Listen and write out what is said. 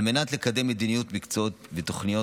על מנת לקדם מדיניות מקצועית ותוכניות